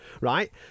Right